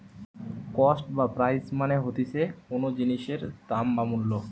cost বা price মানে হতিছে কোনো জিনিসের দাম বা মূল্য